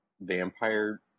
vampire